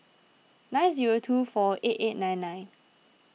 nine zero two four eight eight nine nine